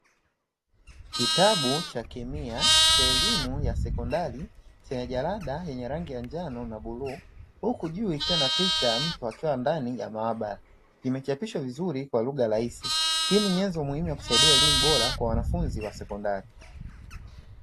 Kitabu cha kemia cha elimu ya sekondari chenye jalada lenye rangi ya njano na bluu, huku juu ikiwa na picha ya mtu akiwa ndani ya maabara, imechapishwa vizuri kwa lugha rahisi. Hii ni nyenzo muhimu ya kusaidia elimu bora kwa wanafunzi wa sekondari.